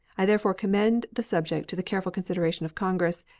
i therefore commend the subject to the careful consideration of congress,